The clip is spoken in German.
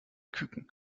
küken